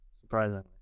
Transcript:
Surprisingly